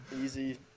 easy